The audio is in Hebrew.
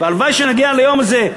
והלוואי שנגיע ליום הזה,